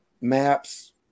Maps